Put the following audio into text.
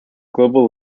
global